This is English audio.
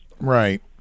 Right